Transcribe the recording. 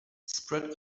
spread